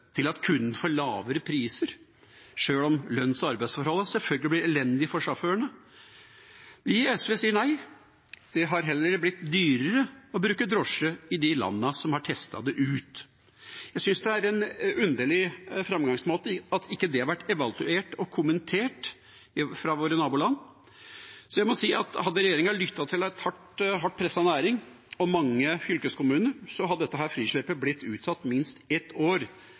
til at kunden får lavere priser, sjøl om lønns- og arbeidsforholdene selvfølgelig blir elendige for sjåførene? Vi i SV sier nei, det har heller blitt dyrere å bruke drosje i de landene som har testet dette ut. Jeg syns det er en underlig framgangsmåte at det ikke har vært evaluert og kommentert fra våre naboland. Jeg må si at hadde regjeringa lyttet til en hardt presset næring og mange fylkeskommuner, hadde dette frisleppet blitt utsatt minst ett år,